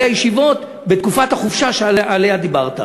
הישיבות בתקופת החופשה שעליה דיברת.